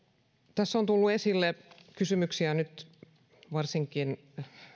tässä on nyt tullut esille kysymyksiä varsinkin